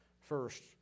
First